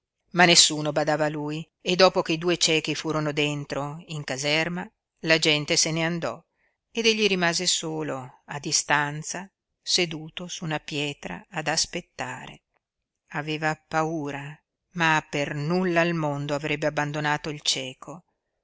ma nessuno badava a lui e dopo che i due ciechi furono dentro in caserma la gente se ne andò ed egli rimase solo a distanza seduto su una pietra ad aspettare aveva paura ma per nulla al mondo avrebbe abbandonato il cieco